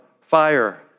fire